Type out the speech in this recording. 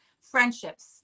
friendships